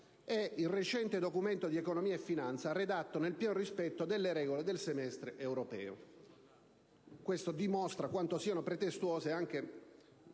è il recente Documento di economia e finanza, redatto nel pieno rispetto delle regole del semestre europeo. Questo dimostra quanto siano pretestuose le